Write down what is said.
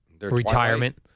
Retirement